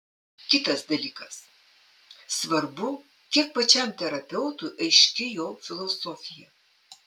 kitas dalykas svarbu kiek pačiam terapeutui aiški jo filosofija